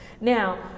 Now